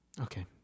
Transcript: Okay